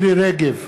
מירי רגב,